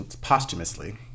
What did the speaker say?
posthumously